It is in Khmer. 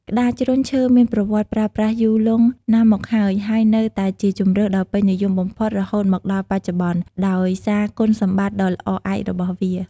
ក្ដារជ្រុញឈើមានប្រវត្តិប្រើប្រាស់យូរលង់ណាស់មកហើយ ហើយនៅតែជាជម្រើសដ៏ពេញនិយមបំផុតរហូតមកដល់បច្ចុប្បន្ន ដោយសារគុណសម្បត្តិដ៏ល្អឯករបស់វា។